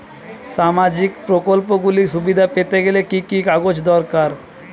সামাজীক প্রকল্পগুলি সুবিধা পেতে গেলে কি কি কাগজ দরকার?